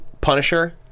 Punisher